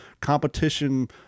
competition